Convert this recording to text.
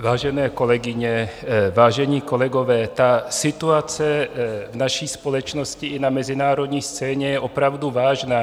Vážené kolegyně, vážení kolegové, situace v naší společnosti i na mezinárodní scéně je opravdu vážná.